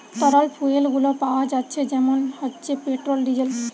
তরল ফুয়েল গুলো পাওয়া যাচ্ছে যেমন হচ্ছে পেট্রোল, ডিজেল